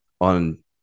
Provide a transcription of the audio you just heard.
on